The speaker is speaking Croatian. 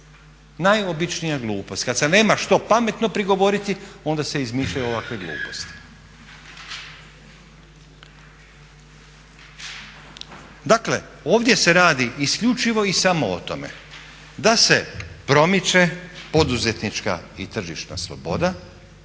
najobičnija glupost. Kad se nema što pametno prigovoriti onda se izmišljaju ovakve gluposti. Dakle, ovdje se radi isključivo i samo o tome da se promiče poduzetnička i tržišna sloboda